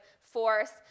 force